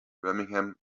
birmingham